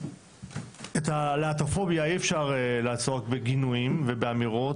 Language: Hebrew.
את הלהט"בופוביה אי אפשר לעסוק בגינויים ובאמירות,